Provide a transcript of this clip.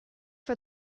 for